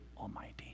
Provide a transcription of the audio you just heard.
Almighty